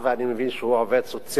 אני מבין שהוא עובד סוציאלי.